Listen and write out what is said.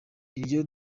iryo